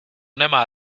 nemá